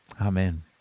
Amen